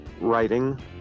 writing